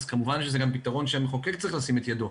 אז כמובן שזה גם פתרון שהמחוקק צריך לשים את ידו.